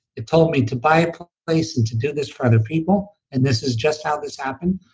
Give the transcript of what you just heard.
it told me to buy a place, and to do this for other people, and this is just how this happened.